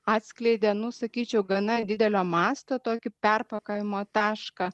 atskleidė nu sakyčiau gana didelio masto tokį perpakavimo tašką